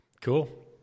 Cool